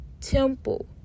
Temple